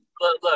look